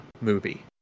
movie